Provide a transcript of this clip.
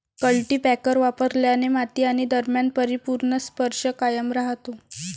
cultipacker वापरल्याने माती आणि दरम्यान परिपूर्ण स्पर्श कायम राहतो